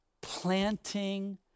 planting